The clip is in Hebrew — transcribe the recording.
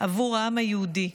עבור העם היהודי,